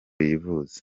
yivuze